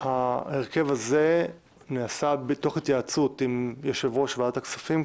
ההרכב הזה נעשה בהתייעצות עם יושב-ראש ועדת הכספים,